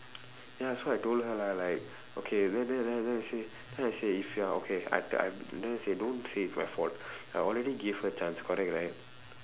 ya so I told her lah like okay then then then then I say then I say if you are okay I am I am don't say it's my fault I already give her chance correct right